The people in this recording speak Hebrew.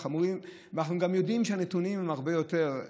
אנחנו גם יודעים שהנתונים הם הרבה יותר.